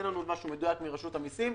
אין לנו עדיין משהו מדויק מרשות המסים.